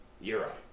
Europe